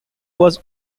was